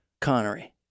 Connery